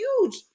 huge